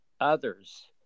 others